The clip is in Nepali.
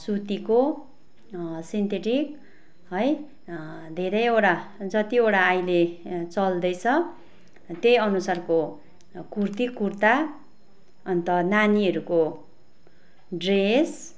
सुतीको सिन्थेटिक है धेरैवटा जतिवटा अहिले चल्दैछ त्यही अनुसारको कुर्ती कुर्ता अन्त नानीहरूको ड्रेस